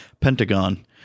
Pentagon